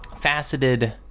faceted